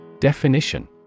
Definition